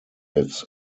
its